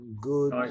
good